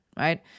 right